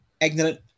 ignorant